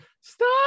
stop